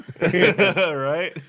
Right